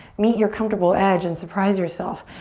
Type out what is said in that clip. meet your comfortable edge and surprise yourself.